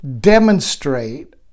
demonstrate